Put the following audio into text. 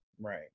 right